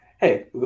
hey